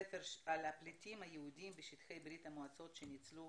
ספר על הפליטים היהודים בשטחי ברית המועצות שניצלו